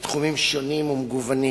בתחומים שונים ומגוונים,